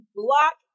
block